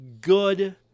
good